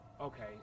okay